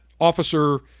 officer